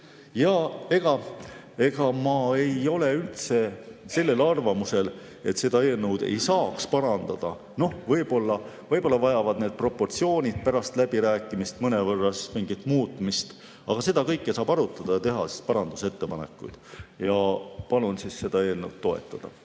lagi. Ma ei ole üldse sellel arvamusel, et seda eelnõu ei saaks parandada, võib-olla vajavad need proportsioonid pärast läbirääkimist mõnevõrra muutmist, aga seda kõike saab arutada ja teha parandusettepanekuid. Palun seda eelnõu toetada.